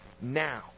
now